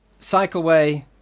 Cycleway